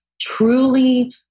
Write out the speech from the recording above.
truly